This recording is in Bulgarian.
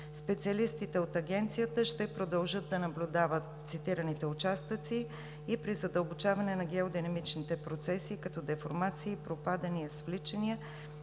Специалистите от Агенцията ще продължат да наблюдават цитираните участъци и при задълбочаване на геодинамичните процеси, като деформации и пропадания, свличания,